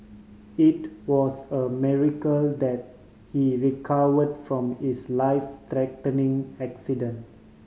it was a miracle that he recovered from his life threatening accident